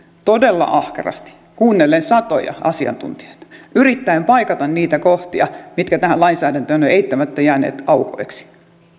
todella ahkerasti kuunnellen satoja asiantuntijoita yrittäen paikata niitä kohtia mitkä tähän lainsäädäntöön ovat eittämättä jääneet aukoiksi